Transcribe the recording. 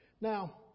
Now